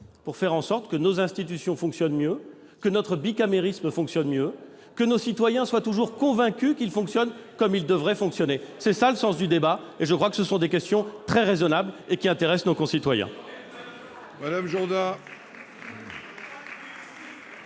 à faire en sorte que nos institutions fonctionnent mieux, que notre bicamérisme fonctionne mieux et que nos concitoyens soient toujours convaincus qu'il fonctionne comme il devrait fonctionner. Tel est le sens du débat : je crois que ces questions sont très raisonnables et intéressent nos concitoyens.